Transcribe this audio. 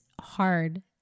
hard